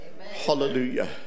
Hallelujah